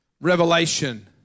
Revelation